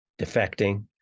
defecting